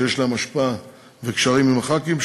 שיש להם השפעה וקשרים עם הח"כים,